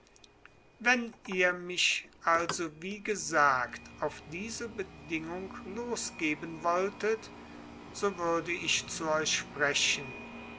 wenn ihr mich also wie gesagt auf diese bedingung losgeben wolltet so würde ich zu euch sprechen